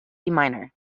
minor